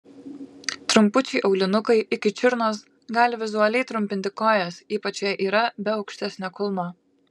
trumpučiai aulinukai iki čiurnos gali vizualiai trumpinti kojas ypač jei yra be aukštesnio kulno